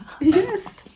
Yes